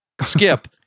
skip